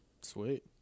Sweet